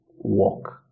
walk